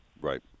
Right